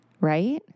right